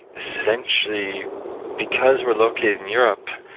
essentially because we're located in europe,